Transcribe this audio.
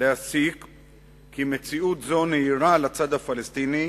להסיק כי מציאות זו נהירה לצד הפלסטיני